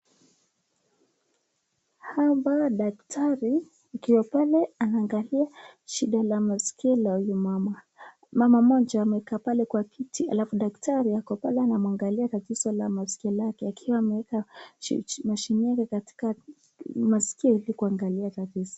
Hapa daktari akiwa pale anaanglia shida la masikio la huyu mama, mama moja amekaa hapa kwa kiti halafu daktari akiangalia msikio lake, akiwa ameeka mashini yake katika maskio hii kuangalia tatizo.